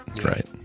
Right